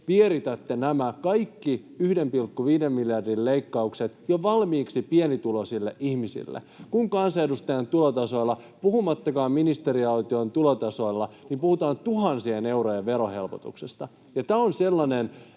vieritätte nämä kaikki 1,5 miljardin leikkaukset jo valmiiksi pienituloisille ihmisille, kun kansanedustajan tulotasolla — puhumattakaan ministeriaition tulotasosta — puhutaan tuhansien eurojen verohelpotuksesta, ja tämä on sellainen